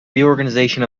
reorganization